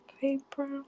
paper